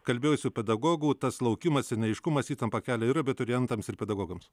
kalbėjusių pedagogų tas laukimas ir neaiškumas įtampą kelia ir abiturientams ir pedagogams